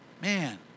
Man